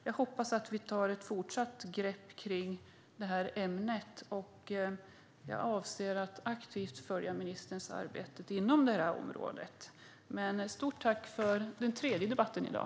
Jag hoppas att vi kan ta ett fortsatt grepp om ämnet, och jag avser att aktivt följa ministerns arbete inom området. Stort tack för den tredje debatten i dag!